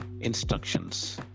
instructions